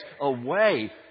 away